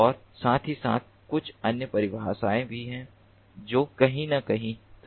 और साथ ही साथ कुछ अन्य परिभाषाएं भी हैं जो कहीं न कहीं हैं